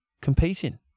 competing